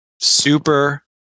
Super